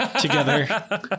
together